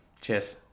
cheers